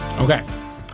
Okay